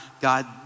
God